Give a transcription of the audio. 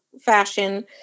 fashion